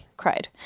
cried